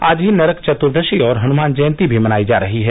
आज ही नरक चतुर्दशी और हनुमान जयन्ती भी मनाई जा रही है